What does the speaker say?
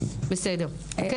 אני